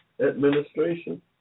administration